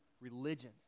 religion